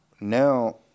Now